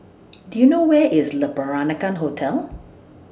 Do YOU know Where IS Le Peranakan Hotel